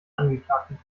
angeklagten